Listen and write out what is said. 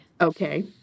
Okay